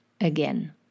again